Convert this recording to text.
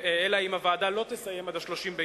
אם הוועדה לא תסיימם עד 30 ביוני,